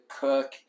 cook